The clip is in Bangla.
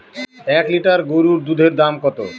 এক লিটার গরুর দুধের দাম কত?